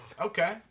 Okay